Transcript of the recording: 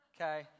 Okay